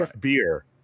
Beer